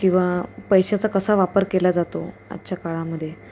किंवा पैशाचा कसा वापर केला जातो आजच्या काळामध्ये